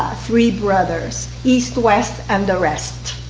three brothers east, west, and the rest.